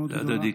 זה הדדי.